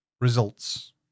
results